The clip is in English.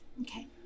Okay